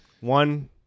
One